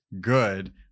good